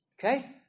Okay